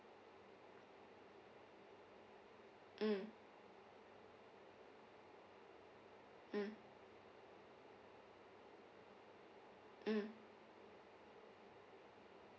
mm mm mm